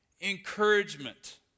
encouragement